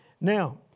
now